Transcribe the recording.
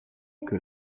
que